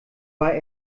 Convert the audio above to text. war